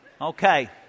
Okay